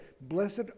blessed